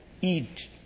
eat